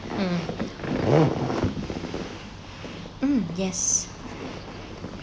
mm mm yes